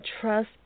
trust